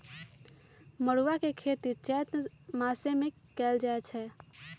मरुआ के खेती चैत मासमे कएल जाए छै